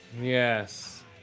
yes